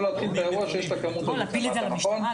לא להתחיל את האירוע כשיש את הכמות הזאת למטה.